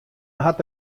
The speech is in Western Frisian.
hat